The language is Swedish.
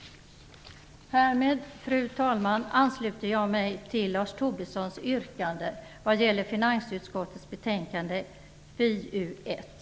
Härmed, fru talman, ansluter jag mig till Lars Tobissons yrkanden vad gäller finansutskottets betänkande FiU1.